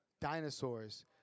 dinosaurs